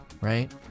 right